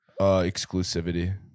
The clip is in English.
exclusivity